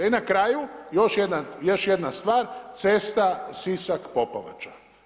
I na kraju, još jedna stvar, cesta Sisak-Popovača.